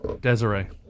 Desiree